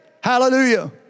Hallelujah